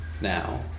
Now